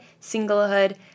singlehood